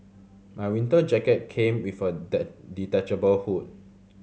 my winter jacket came with a detachable hood